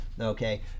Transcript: Okay